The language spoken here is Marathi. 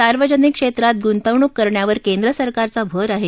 सार्वजनिक क्षेत्रात गुंतवणूक करण्यावर केंद्रसरकारचा भर आहे